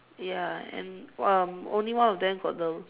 ya and um only one of them got the